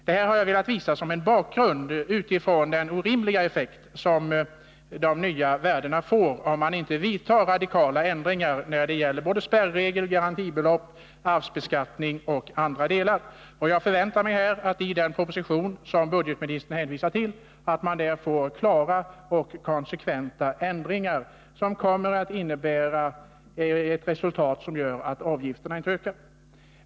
Jag har velat visa detta som ett exempel på den orimliga effekt de nya värdena får, om man inte företar radikala ändringar när det gäller spärregler, garantibelopp, arvsbeskattning och annat. Jag väntar mig förslag till klara och konsekventa ändringar i den proposition som budgetministern hänvisar till. Dessa måste vara sådana att resultatet blir att avgifterna inte ökar.